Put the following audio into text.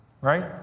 right